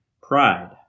pride